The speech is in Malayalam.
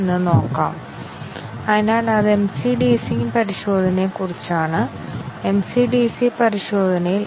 അതിനാൽ a 15 ന് തുല്യമാണ് എന്നത് ആദ്യത്തെ ആറ്റോമിക് അവസ്ഥ ട്രൂ സജ്ജമാക്കും രണ്ടാമത്തേത് 30 50 ൽ താഴെയുള്ളതും ശരിയാകും